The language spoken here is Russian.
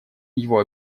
его